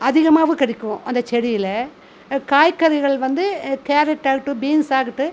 அதிகமாகவும் கிடைக்கும் அந்த செடியில் காய்கறிகள் வந்து கேரட் ஆகட்டும் பீன்ஸ் ஆகட்டும்